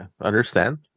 understand